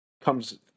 comes